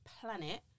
planet